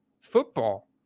football